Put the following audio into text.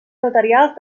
notarials